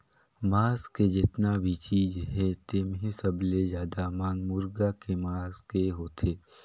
मांस के जेतना भी चीज हे तेम्हे सबले जादा मांग मुरगा के मांस के होथे